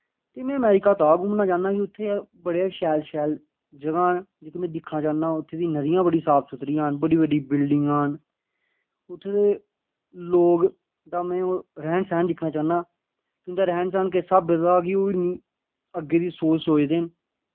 ते में अमरीका तां घुम्मना चाह्न्ना कि उत्थै यार बड़े शैल शैल जगहं न जेह्की में दिक्खना चाह्न्ना उत्थै दी नदियां बड़ी साफ सुथरियां न बड्डी बड्डी बिल्डिंगां न उत्थै दे लोक दा में रैह्न सैह्न दिक्खना चाह्न्ना उं'दा रैह्न सैह्न किस स्हाबै दा कि ओह् इन्नी अग्गें दी सोच सोचदे न